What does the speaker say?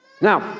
Now